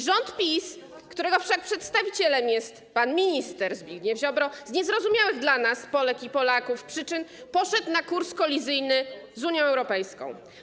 Rząd PiS, którego wszak przedstawicielem jest pan minister Ziobro, z niezrozumiałych dla nas, Polek i Polaków, przyczyn obrał kurs kolizyjny z Unią Europejską.